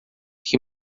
que